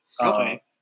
Okay